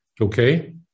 okay